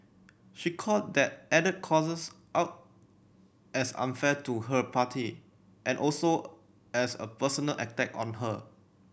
she called that added clauses out as unfair to her party and also as a personal attack on her